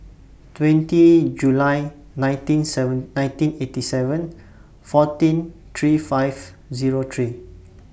twenty July nineteen seven nineteen eighty seven fourteen three five Zero three